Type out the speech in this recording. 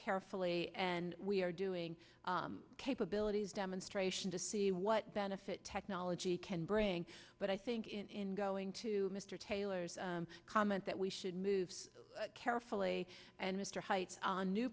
carefully and we are doing capabilities demonstration to see what benefit technology can bring but i think in going to mr taylor's comment that we should move carefully and mr height on new